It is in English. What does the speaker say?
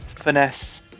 Finesse